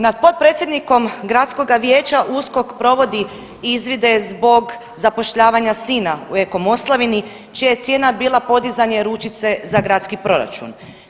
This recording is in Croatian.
Nad potpredsjednikom gradskoga vijeća USKOK provodi izvide zbog zapošljavanja sina u Eko Moslavini čija je cijena bila podizanje ručice za gradski proračun.